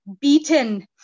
beaten